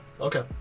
Okay